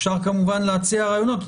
אפשר כמובן להציע רעיונות.